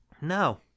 No